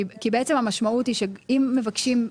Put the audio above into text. כי בעצם המשמעות היא שאם מבקשים,